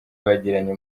bagiranye